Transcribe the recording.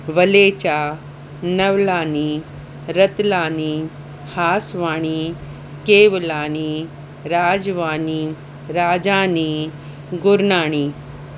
Walecha Navlani Ratlani Hasvani Kewlani Rajwani Rajani Gurnani